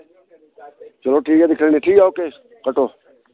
चलो ठीक ऐ भी कट्टो